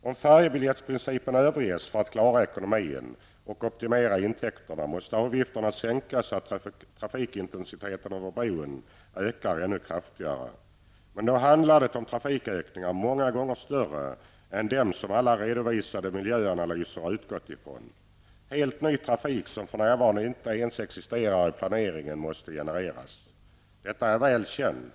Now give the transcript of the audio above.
Om ''färjebiljettsprincipen'' överges för att man skall klara ekonomin och optimera intäkterna måste avgifterna sänkas så att trafikintensiteten över bron ökar ännu kraftigare. Men då handlar det om trafikökningar många gånger större än de som alla redovisade miljöanalyser utgått från. Helt ny trafik, som för närvarande inte ens existerar i planeringen, måste genereras. Detta är väl känt.